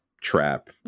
trap